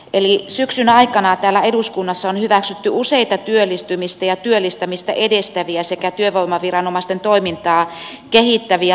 eli syksyn aikana täällä eduskunnassa on hyväksytty useita työllistymistä ja työllistämistä edistäviä sekä työvoimaviranomaisten toimintaa kehittäviä lakeja